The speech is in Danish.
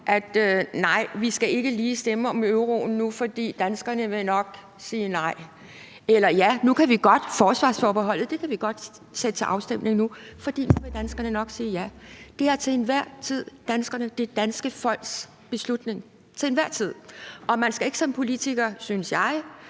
at nej, vi skal ikke lige stemme om euroen nu, for danskerne vil nok sige nej, eller at ja, nu kan vi godt sætte forsvarsforbeholdet til afstemning nu, for nu vil danskerne nok sige ja. Det er altså til enhver tid det danske folks beslutning – til enhver tid. Og man skal ikke som politiker, synes jeg,